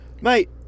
mate